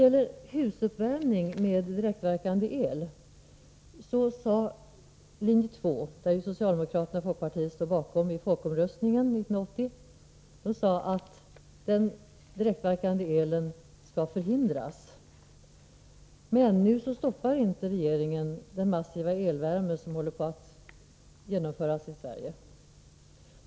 I folkomröstningen 1980 sade linje 2, som socialdemokraterna och folkpartiet stod bakom, att husuppvärmning med direktverkande el skulle förhindras. Men nu stoppar inte regeringen den massiva utbyggnad av elvärme som håller på att ske i Sverige.